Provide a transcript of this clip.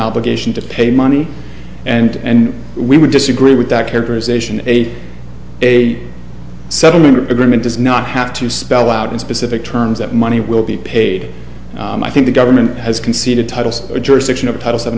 obligation to pay money and we would disagree with that characterization is a settlement agreement does not have to spell out in specific terms that money will be paid and i think the government has conceded titles or jurisdiction of title seven